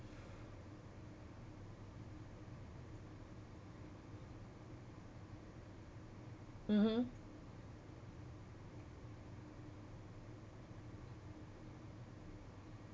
mmhmm